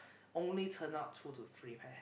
only turn out two to three pairs